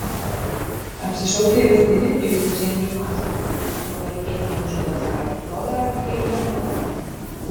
apsišaukėlis dmitrijus įžengia į maskvą jo patikėtiniai nužudo caraitį fiodorą ir jo motiną